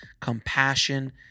compassion